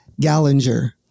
Gallinger